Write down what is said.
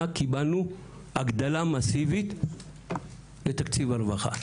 קיבלנו הגדלה מאסיבית לתקציב הרווחה.